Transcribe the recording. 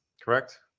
correct